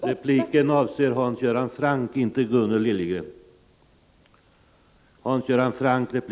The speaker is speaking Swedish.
Repliken avser Hans Göran Francks anförande och inte Gunnel Liljegrens.